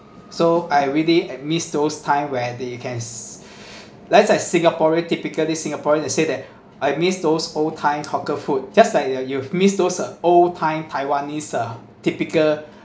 so I really miss those time where they can s~ like as singaporean typically singaporean to say that I miss those old time hawker food just like you're you've missed those uh old time taiwanese uh typical